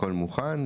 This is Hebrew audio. הכל מוכן,